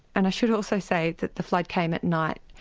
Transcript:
and i should also say that the flood came at night,